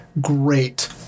great